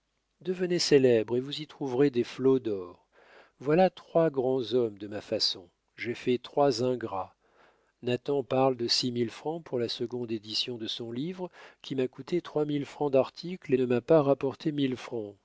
devenez célèbre et vous y trouverez des flots d'or voilà trois grands hommes de ma façon j'ai fait trois ingrats nathan parle de six mille francs pour la seconde édition de son livre qui m'a coûté trois mille francs d'articles et ne m'a pas rapporté mille francs